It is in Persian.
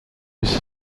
نیست